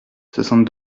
soixante